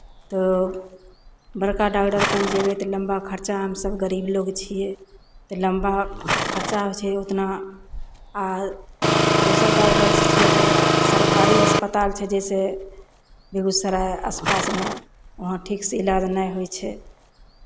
तऽ बड़का डागदर कन जयबै तऽ लम्बा खर्चा हमसभ गरीब लोक छियै तऽ लम्बा खर्चा होइ छै उतना आर दोसर डागदरसँ छै जे सरकारी अस्पताल छै जइसे बेगूसराय आस पासमे वहाँ ठीकसँ इलाज नहि होइ छै